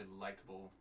likable